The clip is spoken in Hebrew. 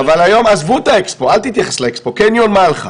אבל יכול להיות שגם יש איזו שהיא הקלה בבדיקות האלה שאמרתם.